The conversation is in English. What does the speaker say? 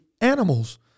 animals